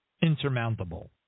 insurmountable